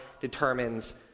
determines